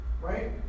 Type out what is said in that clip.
Right